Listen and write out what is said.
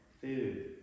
food